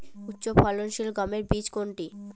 উচ্চফলনশীল গমের বীজ কোনটি?